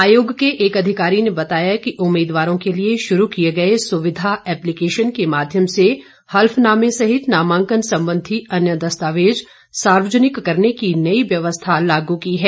आयोग के एक अधिकारी ने बताया कि उम्मीदवारों के लिए शुरू किए गए सुविधा एप्लीकेशन के माध्यम से हलफनामे सहित नामांकन संबंधी अन्य दस्तावेज सार्वजनिक करने की नई व्यवस्था लागू की है